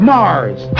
Mars